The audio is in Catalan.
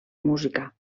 música